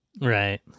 Right